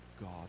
God